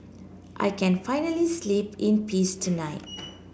I can finally sleep in peace tonight